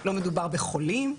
לא מדובר בחולים.